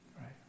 right